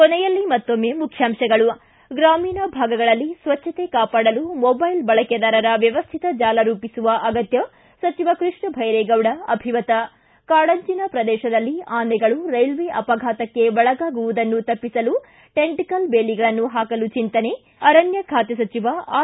ಕೊನೆಯಲ್ಲಿ ಮತ್ತೊಮ್ನೆ ಮುಖ್ಯಾಂಶಗಳು ಿ ಗ್ರಾಮೀಣ ಭಾಗಗಳಲ್ಲಿ ಸ್ವಚ್ಚತೆ ಕಾಪಾಡಲು ಮೊಬೈಲ್ ಬಳಕೆದಾರರ ವ್ಯವಸ್ಥಿತ ಜಾಲ ರೂಪಿಸುವ ಅಗತ್ಯ ಸಚಿವ ಕೃಷ್ಣ ಧೈರೇಗೌಡ ಅಭಿಮತ ಿ ಕಾಡಂಚಿನ ಪ್ರದೇಶದಲ್ಲಿ ಆನೆಗಳು ರೈಲ್ವೆ ಅಪಘಾತಕ್ಕೆ ಒಳಗಾವುದನ್ನು ತಪ್ಪಿಸಲು ಟೆಂಟ್ಕಲ್ ಬೇಲಿಗಳನ್ನು ಹಾಕಲು ಚಿಂತನೆ ಅರಣ್ಣ ಬಾತೆ ಸಚಿವ ಆರ್